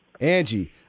Angie